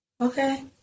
Okay